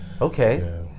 Okay